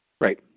Right